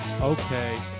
okay